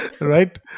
Right